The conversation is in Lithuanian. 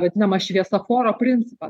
vadinamą šviesoforo principą